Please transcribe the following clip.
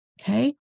okay